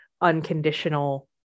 unconditional